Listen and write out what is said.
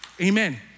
Amen